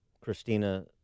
Christina